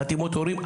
חתימות הורים,